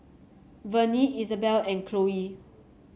Vernie Isabelle and Chloie